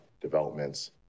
developments